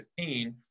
2015